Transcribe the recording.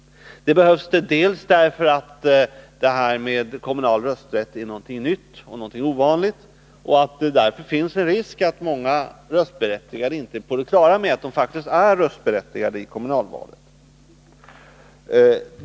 Det behövs dels därför att detta med kommunal rösträtt är någonting nytt och någonting ovanligt och att det således föreligger en risk att många röstberättigade inte är på det klara med att de faktiskt är röstberättigade i kommunalvalen.